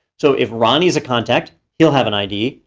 so if ronnie's a contact, he'll have an id.